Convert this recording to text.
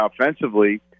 offensively